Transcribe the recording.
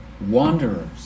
wanderers